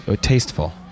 Tasteful